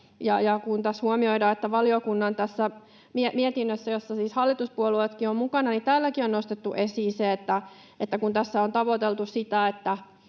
Kun tässä huomioidaan, että tässä valiokunnan mietinnössäkin, jossa siis hallituspuolueetkin ovat mukana, on nostettu esiin se, että kun tässä on tavoiteltu sitä,